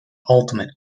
ultimate